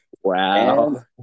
Wow